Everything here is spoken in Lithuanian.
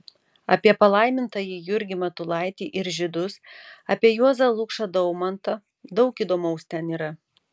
apie palaimintąjį jurgį matulaitį ir žydus apie juozą lukšą daumantą daug įdomaus ten yra